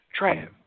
Trav